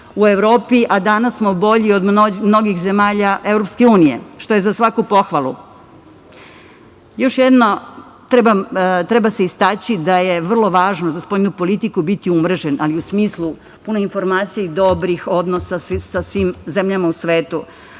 u Evropi, a danas smo bolji od mnogih zemalja EU, što je za svaku pohvalu. Još treba istaći da je vrlo važno za spoljnu politiku biti umrežen, ali u smislu puno informacija i dobrih odnosa sa svim zemljama u svetu.